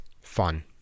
fun